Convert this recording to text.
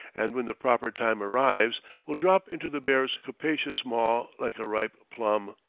and when the proper time arrives will drop into the bear's capacious maw like a ripe plum.